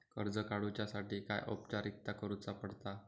कर्ज काडुच्यासाठी काय औपचारिकता करुचा पडता?